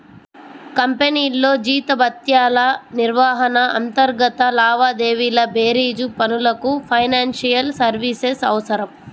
కంపెనీల్లో జీతభత్యాల నిర్వహణ, అంతర్గత లావాదేవీల బేరీజు పనులకు ఫైనాన్షియల్ సర్వీసెస్ అవసరం